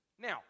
Now